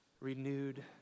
renewed